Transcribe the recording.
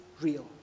real